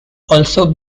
also